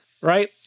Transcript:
right